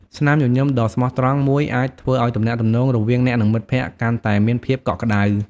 ស្នាមញញឹមដ៏ស្មោះត្រង់មួយអាចធ្វើឲ្យទំនាក់ទំនងរវាងអ្នកនិងមិត្តភក្តិកាន់តែមានភាពកក់ក្តៅ។